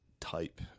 type